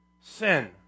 sin